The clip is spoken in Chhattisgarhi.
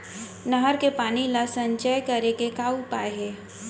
नहर के पानी ला संचय करे के का उपाय हे?